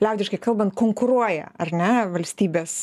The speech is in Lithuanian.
liaudiškai kalbant konkuruoja ar ne valstybės